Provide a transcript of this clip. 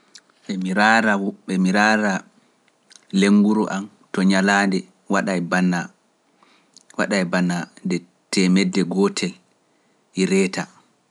emi rara lennguru am hewtai bana temedde gotel e sendere(one fifty) times